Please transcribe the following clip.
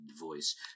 voice